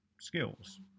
skills